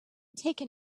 taken